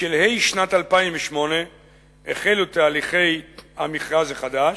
בשלהי שנת 2008 החלו תהליכי המכרז החדש,